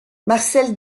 marcel